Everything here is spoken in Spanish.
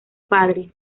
padre